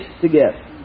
together